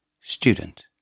Student